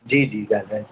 जी जी